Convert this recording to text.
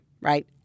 right